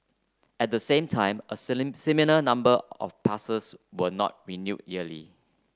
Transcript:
at the same time a similar number of passes were not renewed yearly